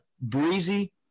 Breezy